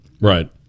Right